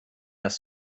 das